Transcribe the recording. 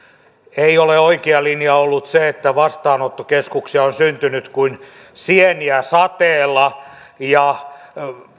ei ole oikea linja ollut se että vastaanottokeskuksia on syntynyt kuin sieniä sateella ja